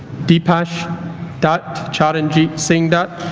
deepaysh dutt charanjeet singh dutt